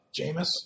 Jameis